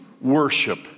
worship